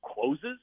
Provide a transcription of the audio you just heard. closes